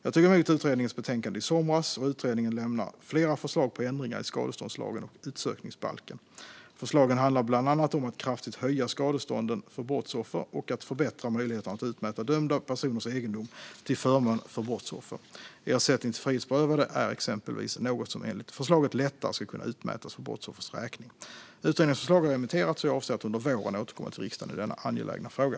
Jag tog emot utredningens betänkande i somras. Utredningen lämnar flera förslag på ändringar i skadeståndslagen och utsökningsbalken. Förslagen handlar bland annat om att kraftigt höja skadestånden för brottsoffer och att förbättra möjligheterna att utmäta dömda personers egendom till förmån för brottsoffer. Ersättning till frihetsberövade är exempelvis något som enligt förslaget lättare ska kunna utmätas för brottsoffers räkning. Utredningens förslag har remitterats, och jag avser att under våren återkomma till riksdagen i denna angelägna fråga.